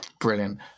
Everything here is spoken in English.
Brilliant